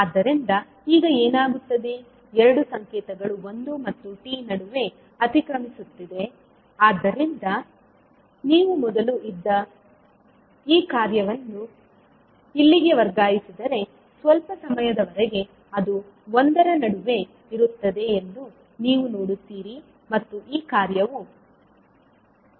ಆದ್ದರಿಂದ ಈಗ ಏನಾಗುತ್ತದೆ ಎರಡು ಸಂಕೇತಗಳು 1 ಮತ್ತು t ನಡುವೆ ಅತಿಕ್ರಮಿಸುತ್ತವೆ ಆದ್ದರಿಂದ ನೀವು ಮೊದಲು ಇದ್ದ ಈ ಕಾರ್ಯವನ್ನು ಇಲ್ಲಿಗೆ ವರ್ಗಾಯಿಸಿದರೆ ಸ್ವಲ್ಪ ಸಮಯದವರೆಗೆ ಅದು 1 ರ ನಡುವೆ ಇರುತ್ತದೆ ಎಂದು ನೀವು ನೋಡುತ್ತೀರಿ ಮತ್ತು ಈ ಕಾರ್ಯವು ಅತಿಕ್ರಮಿಸುತ್ತದೆ